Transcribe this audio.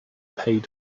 paid